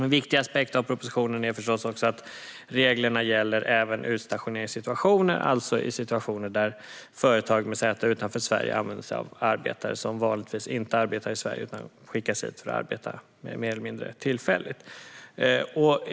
En viktig aspekt av propositionen är förstås att reglerna även gäller utstationeringssituationer, det vill säga situationer där företag med säte utanför Sverige använder sig av arbetare som vanligtvis inte arbetar i Sverige utan skickas hit för att arbeta mer eller mindre tillfälligt.